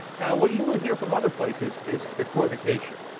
now what you will hear from other places is equivacation.